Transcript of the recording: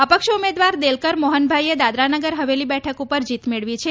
અપક્ષ ઉમેદવાર દેલકર મોહનભાઈએ દાદરાનગર હવેલી બેઠક ઉપર જીત મેળવી છે